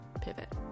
pivot